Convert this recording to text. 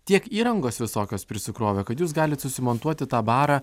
tiek įrangos visokios prisikrovę kad jūs galit susimontuoti tą barą